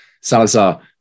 Salazar